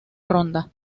ronda